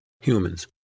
humans